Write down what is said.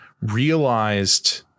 realized